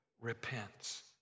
repents